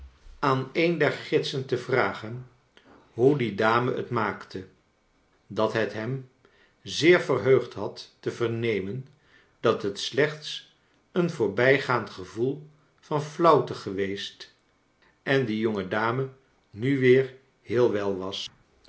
aan een der gidsen te vragen hoe die dame het maakte dat het hem zeer verheugd had te vernemen dat het slechts een voorbijgaand gevoel van flauwte geweest en die jonge dame mi weer heel wel was